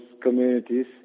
communities